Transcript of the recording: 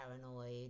paranoid